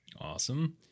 Awesome